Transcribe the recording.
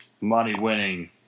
money-winning